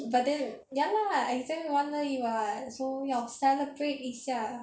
but then ya lah exam 完而已 [what] so 要 celebrate 一下